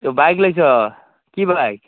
ত bike লৈছ কি bike